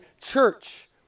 Church